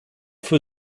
für